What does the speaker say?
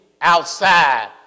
outside